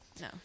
No